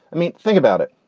i mean, think about it.